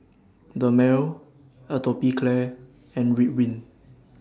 Dermale Atopiclair and Ridwind